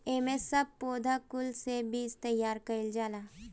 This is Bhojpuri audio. एमे सब पौधा कुल से बीज तैयार कइल जाला